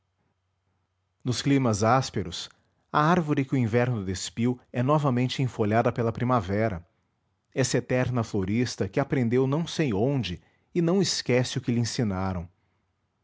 nos climas ásperos a árvore que o inverno despiu é novamente enfolhada pela primavera essa eterna florista que aprendeu não sei onde e não esquece o que lhe ensinaram